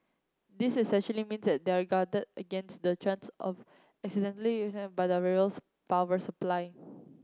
this essentially means they are guarded against the chance of accidental by the railway's power supply